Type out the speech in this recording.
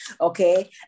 okay